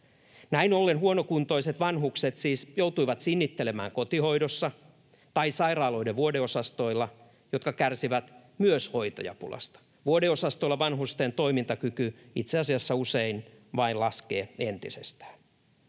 Näin ollen huonokuntoiset vanhukset siis joutuivat sinnittelemään kotihoidossa tai sairaaloiden vuodeosastoilla, jotka myös kärsivät hoitajapulasta. Vuodeosastolla vanhusten toimintakyky itse asiassa usein vain laskee entisestään.